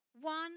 one